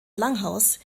langhaus